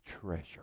treasure